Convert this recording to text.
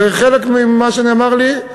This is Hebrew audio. וחלק ממה שנאמר לי,